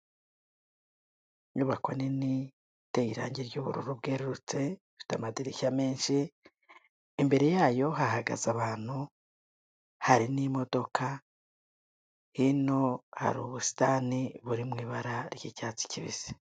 Inyubako nini iteye irangi ry'ubururu bwerurutse, ifite amadirishya menshi, imbere yayo hahagaze ahantu, hari n'imodoka, hino hari ubusitani buri mu ibara ry'icyatsi kibisi.